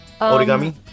origami